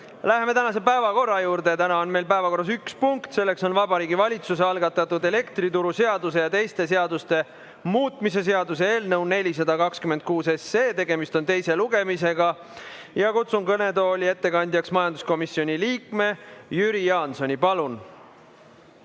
Läheme tänase päevakorra juurde. Täna on meil päevakorras üks punkt, Vabariigi Valitsuse algatatud elektrituruseaduse ja teiste seaduste muutmise seaduse eelnõu 426, tegemist on teise lugemisega. Kutsun kõnetooli ettekandjaks majanduskomisjoni liikme Jüri Jaansoni. Palun!